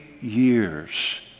years